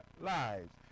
lives